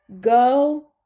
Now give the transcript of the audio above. Go